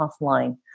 offline